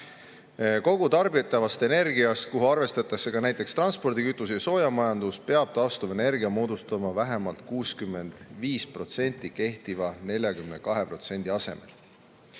Kogu tarbitavast energiast, kuhu arvestatakse ka näiteks transpordikütus ja soojamajandus, peab taastuvenergia moodustama vähemalt 65% kehtiva 42% asemel.